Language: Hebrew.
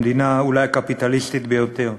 המדינה אולי הקפיטליסטית ביותר.